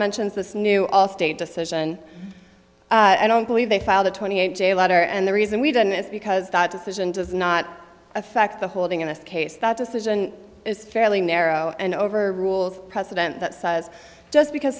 mentions this new allstate decision i don't believe they filed a twenty eight jail otter and the reason we didn't is because decision does not affect the holding in this case that decision is fairly narrow and over rules president that says just because